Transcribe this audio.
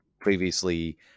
previously